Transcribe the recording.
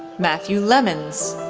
matthew lemons,